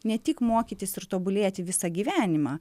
ne tik mokytis ir tobulėti visą gyvenimą